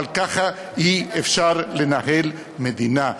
אבל ככה אי-אפשר לנהל מדינה.